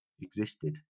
existed